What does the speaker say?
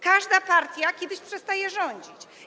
Każda partia kiedyś przestaje rządzić.